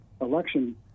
election